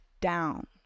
down